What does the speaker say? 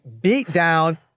beatdown